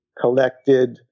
collected